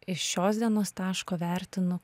iš šios dienos taško vertinu